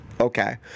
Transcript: okay